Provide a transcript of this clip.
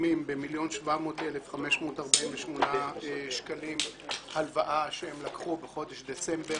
מסתכמים ב-1 מיליון ו-700,548 שקלים הלוואה שהם לקחו בחודש דצמבר.